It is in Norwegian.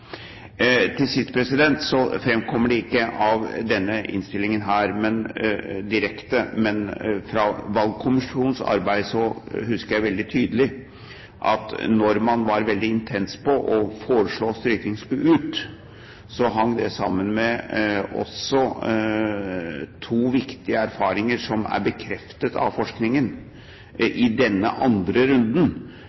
Til sist: Det framkommer ikke av denne innstillingen direkte, men fra valglovkommisjonens arbeid husker jeg veldig tydelig at når man var veldig intens på å foreslå at strykning skulle ut, hang det også sammen med to viktige erfaringer som er bekreftet av forskningen